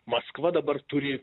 maskva dabar turi